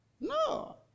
No